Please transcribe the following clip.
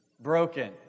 Broken